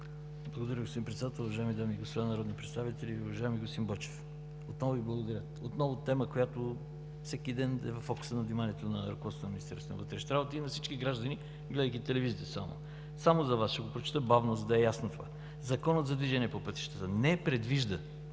Благодаря, господин Председател. Уважаеми дами и господа народни представители! Уважаеми господин Байчев, отново Ви благодаря. Отново тема, която всеки ден е в обсега на вниманието на ръководството на Министерството на вътрешните работи и на всички граждани, гледайки само телевизията. Само за Вас ще го прочета бавно, за да е ясно. „Законът за движение по пътищата не предвижда